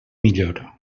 millor